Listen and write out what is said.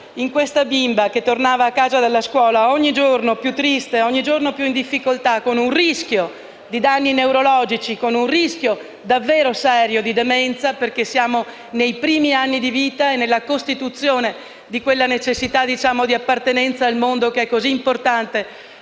di questa bimba, che tornava a casa da scuola ogni giorno più triste e più in difficoltà, con un rischio di danni neurologici e con un rischio davvero serio di demenza (siamo nei primi anni di vita, nell'ambito della costituzione di quella necessità di appartenenza al mondo che è così importante